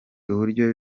uburyo